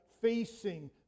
facing